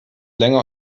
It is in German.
länger